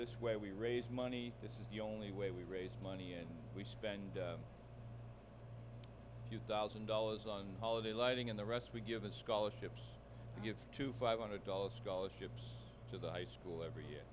this way we raise money this is the only way we raise money and we spend two thousand dollars on holiday lighting and the rest were given scholarships to give to five hundred dollars scholarships to the high school every year